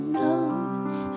notes